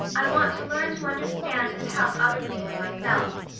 i want to learn to understand and help other people and myself.